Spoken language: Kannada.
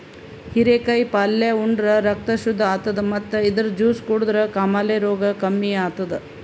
ಹಿರೇಕಾಯಿ ಪಲ್ಯ ಉಂಡ್ರ ರಕ್ತ್ ಶುದ್ದ್ ಆತದ್ ಮತ್ತ್ ಇದ್ರ್ ಜ್ಯೂಸ್ ಕುಡದ್ರ್ ಕಾಮಾಲೆ ರೋಗ್ ಕಮ್ಮಿ ಆತದ್